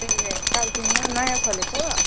ए कालचिमीमा नयाँ खोलेको